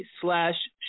slash